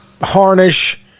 harnish